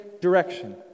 direction